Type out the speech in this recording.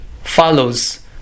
follows